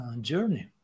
journey